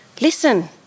Listen